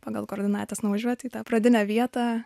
pagal koordinates nuvažiuoti į tą pradinę vietą